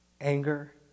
anger